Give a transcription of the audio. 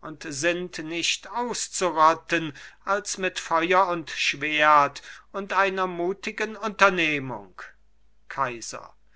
und sind nicht auszurotten als mit feuer und schwert und einer mutigen unternehmung kaiser